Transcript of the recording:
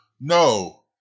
No